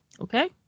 okay